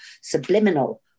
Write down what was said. subliminal